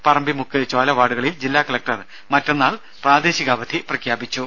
പറമ്പിമുക്ക് ചോല വാർഡുകളിൽ ജില്ലാ കലക്ടർ മറ്റന്നാൾ പ്രദേശികാവധി പ്രഖ്യാപിച്ചു